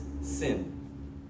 sin